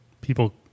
people